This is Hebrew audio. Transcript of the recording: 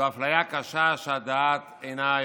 נעבור להצעה לסדר-היום